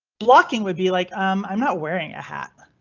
blocking would be like i'm. i'm not wearing a hat.